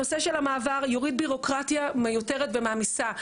הנושא של המעבר יוריד ביורוקרטיה מיותרת ומעמיסה.